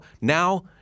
now